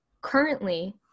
currently